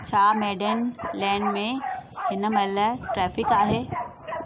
छा Maiden Lane में हिन महिल ट्रेफ़िक आहे